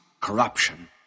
corruption